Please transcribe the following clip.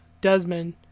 Desmond